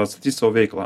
atstatysi savo veiklą